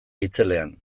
itzelean